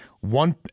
One